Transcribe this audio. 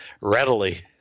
readily